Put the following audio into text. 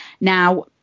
Now